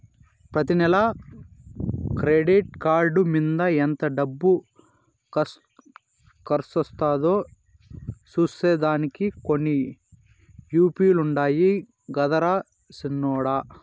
ప్రతి నెల credit card మింద ఎంత దుడ్డు కర్సయిందో సూసే దానికి కొన్ని యాపులుండాయి గదరా సిన్నోడ